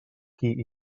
qui